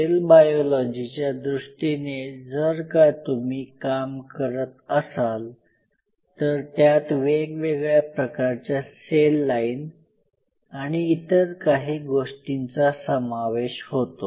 sale बायोलॉजीच्या दृष्टीने जर का तुम्ही काम करत असाल तर त्यात वेगवेगळ्या प्रकारच्या सेल लाइन आणि इतर काही गोष्टींचा समावेश होतो